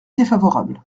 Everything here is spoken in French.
défavorable